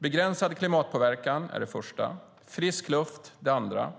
Begränsad klimatpåverkan är det första målet. Frisk luft är det andra målet.